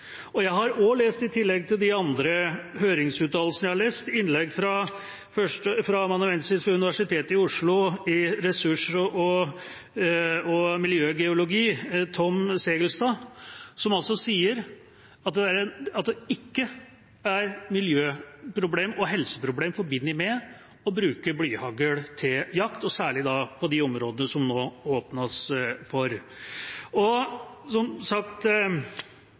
Jeg har også lest – i tillegg til de andre høringsuttalelsene jeg har lest – et innlegg fra førsteamanuensis i ressurs- og miljøgeologi ved Universitetet i Oslo, Tom V. Segalstad, som altså sier at det ikke er miljø- og helseproblemer forbundet med å bruke blyhagl til jakt, særlig ikke på de områdene som det nå åpnes for. Som sagt: